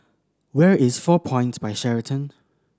where is Four Points By Sheraton